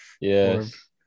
Yes